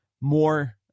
more